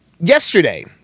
Yesterday